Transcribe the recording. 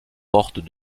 portes